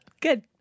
Good